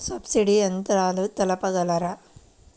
Subsidy యంత్రాలు తెలుపగలరు?